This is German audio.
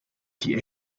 die